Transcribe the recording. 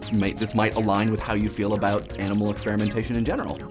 might this might align with how you feel about animal experimentation in general.